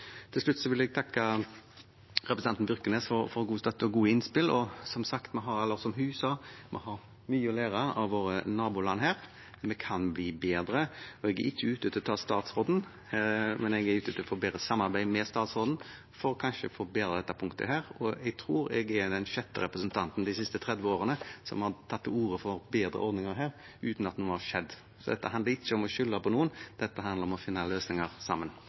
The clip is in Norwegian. Til slutt vil jeg takke representanten Byrknes for god støtte og gode innspill. Som hun sa, har vi mye å lære av våre naboland på dette feltet. Vi kan bli bedre. Jeg er ikke ute etter å ta statsråden, men jeg er ute etter å få et bedre samarbeid med statsråden for kanskje å forbedre dette punktet. Jeg tror jeg er den sjette representanten de siste 30 årene som har tatt til orde for bedre ordninger på dette feltet, uten at noe har skjedd. Så dette handler ikke om å skylde på noen, det handler om å finne løsninger sammen.